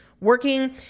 working